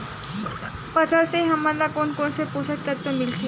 फसल से हमन ला कोन कोन से पोषक तत्व मिलथे?